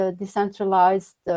decentralized